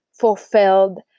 fulfilled